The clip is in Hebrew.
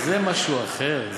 זה משהו אחר.